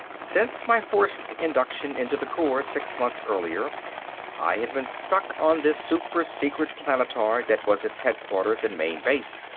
since my forced induction into the corps six months earlier i had been stuck on this super-secret planetoid that was its headquarters and main base.